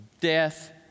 death